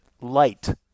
light